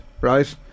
right